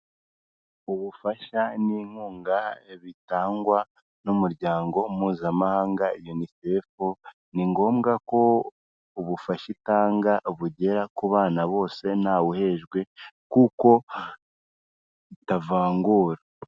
Ubufasha n'inkunga bitangwa n'umuryango mpuzamahanga yunisefu ni ngombwa ko ubufasha itanga bugera ku bana bose ntawuhejwe kuko itavangura.